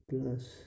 plus